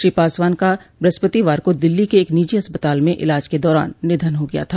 श्री पासवान का बहस्पतिवार को दिल्ली के एक निजी अस्पताल में इलाज के दौरान निधन हो गया था